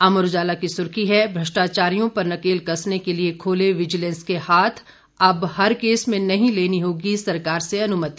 अमर उजाला की सुर्खी है भ्रष्टाचारियों पर नकेल कसने के लिए खोले विजिलेंस के हाथ अब हर केस में नहीं लेनी होगी सरकार से अनुमति